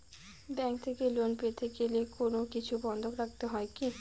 Bank থেকে loan পেতে গেলে কোনো কিছু বন্ধক রাখতে হয় কি?